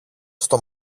στο